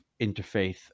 interfaith